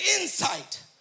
insight